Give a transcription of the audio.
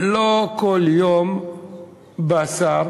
לא כל יום בא שר